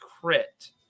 crit